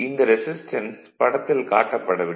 இந்த ரெசிஸ்டன்ஸ் படத்தில் காட்டப்படவில்லை